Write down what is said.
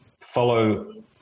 follow